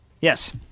Yes